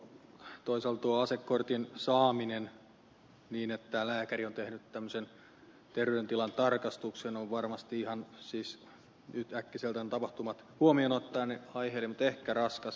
toisaalta tuo asekortin saaminen niin että lääkäri on tehnyt terveydentilan tarkastuksen on varmasti ihan yhtäkkiseltään tapahtumat huomioon ottaen aiheellinen mutta ehkä raskas